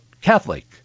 Catholic